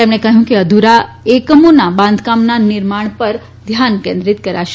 તેમજો કહ્યું કે અધૂરા એકમોના બાંધકામના નિર્માણ પર ધ્યાન કેન્દ્રિયિ કરાશે